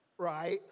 Right